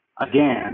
again